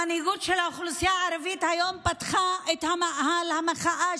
המנהיגות של האוכלוסייה הערבית היום פתחה את מאהל המחאה.